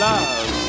Love